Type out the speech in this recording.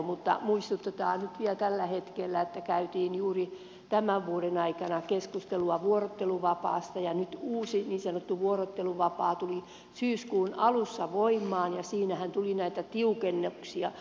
mutta muistutetaan nyt vielä tällä hetkellä että käytiin juuri tämän vuoden aikana keskustelua vuorotteluvapaasta ja nyt uusi niin sanottu vuorotteluvapaa tuli syyskuun alussa voimaan ja siinähän tuli näitä tiukennuksia